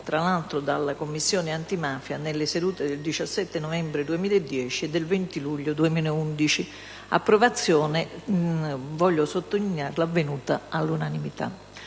approvate dalla Commissione antimafia nelle sedute del 17 novembre 2010 e del 20 luglio 2011, approvazione, voglio sottolinearlo, avvenuta all'unanimità.